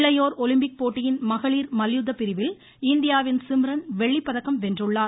இளையோர் ஒலிம்பிக் போட்டியின் மகளிர் மல்யுத்த பிரிவில் இந்தியாவின் சிம்ரன் வெள்ளிப்பதக்கம் வென்றுள்ளார்